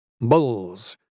Bulls